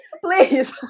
please